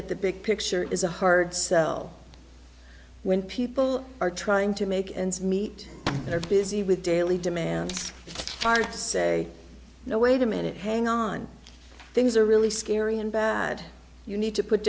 at the big picture is a hard sell when people are trying to make ends meet and are busy with daily demands hard to say no wait a minute hang on things are really scary and bad you need to put